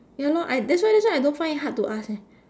ya lor I that's why that's why I don't find it hard to ask eh